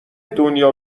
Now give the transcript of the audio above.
دنیا